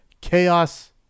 Chaos